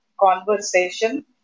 conversation